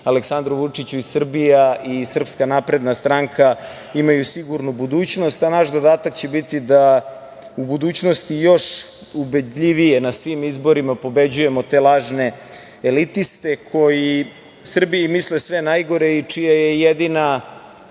Aleksandru Vučiću i Srbija i Srpska napredna stranka imaju sigurnu budućnost, a naš zadatak će biti da u budućnosti još ubedljivije na svim izborima pobeđujemo te lažne elitiste koji Srbiji misle sve najgore i čija je jedina